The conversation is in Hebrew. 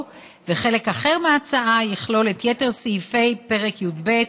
וחלק אחר מההצעה יכלול את יתר סעיפי פרק י"ב,